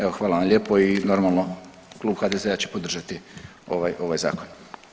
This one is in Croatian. Evo hvala vam lijepo i normalno klub HDZ-a će podržati ovaj zakon.